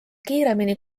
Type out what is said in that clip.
kiiremini